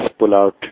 pullout